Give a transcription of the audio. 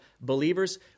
believers